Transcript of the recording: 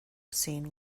scene